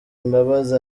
imbabazi